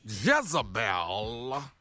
Jezebel